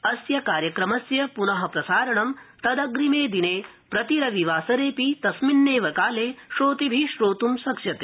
अस्य कार्यक्रमस्य पुन प्रसारणं तदप्रिमे दिने प्रति रविवासरेऽपि तस्मिन्नेव काले श्रोतृभि श्रोतुं शक्ष्यते